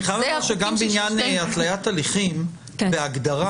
אני חייב להגיד לך שגם בעניין התליית הליכים בהגדרה,